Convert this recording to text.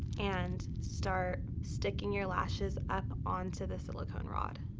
and start sticking your lashes up onto the silicone rod.